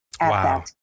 Wow